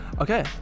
okay